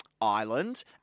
island